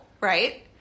right